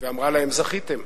ואמרה להם: זכיתם.